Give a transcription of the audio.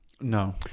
No